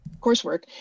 coursework